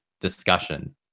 discussion